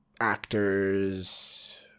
actors